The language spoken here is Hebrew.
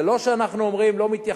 זה לא שאנחנו אומרים: לא מתייחסים.